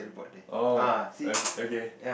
oh okay okay